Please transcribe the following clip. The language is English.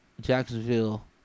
Jacksonville